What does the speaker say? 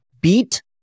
beat